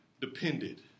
depended